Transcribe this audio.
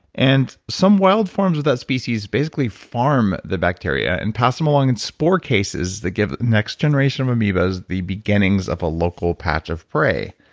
and some wild forms of that species basically farm the bacteria and pass them along in spore cases that give the next generation of amoebas the beginnings of a local patch of prey.